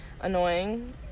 annoying